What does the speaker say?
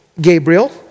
Gabriel